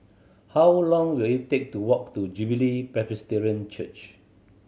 how long will it take to walk to Jubilee Presbyterian Church